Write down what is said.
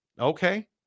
Okay